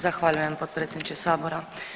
Zahvaljujem potpredsjedniče sabora.